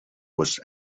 was